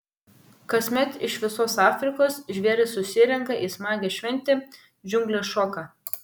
kasmet iš visos afrikos žvėrys susirenka į smagią šventę džiunglės šoka